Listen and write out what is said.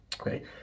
Okay